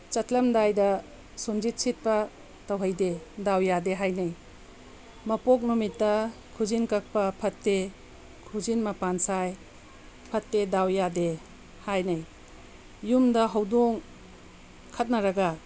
ꯆꯠꯂꯝꯗꯥꯏꯗ ꯁꯨꯝꯁꯤꯠ ꯁꯤꯠꯄ ꯇꯧꯍꯩꯗꯦ ꯗꯥꯎ ꯌꯥꯗꯦ ꯍꯥꯏꯅꯩ ꯃꯄꯣꯛ ꯅꯨꯃꯤꯠꯇ ꯈꯨꯖꯤꯟ ꯀꯛꯄ ꯐꯠꯇꯦ ꯈꯨꯖꯤꯟ ꯃꯄꯥꯟ ꯁꯥꯏ ꯐꯠꯇꯦ ꯗꯥꯎ ꯌꯥꯗꯦ ꯍꯥꯏꯅꯩ ꯌꯨꯝꯗ ꯍꯧꯗꯣꯡ ꯈꯠꯅꯔꯒ